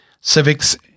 civics